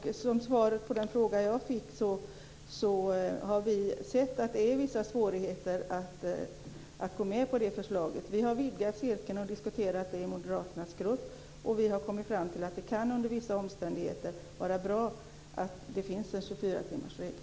Som svar på den fråga som jag fick kan jag säga att vi har vissa svårigheter att gå med på det förslaget. Vi har vidgat cirkeln och diskuterat detta i moderaternas grupp, och vi har kommit fram till att det under vissa omständigheter kan vara bra att det finns en 24